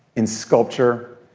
in sculpture,